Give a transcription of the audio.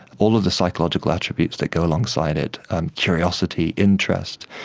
all of the psychological attributes that go alongside it and curiosity, interest,